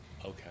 Okay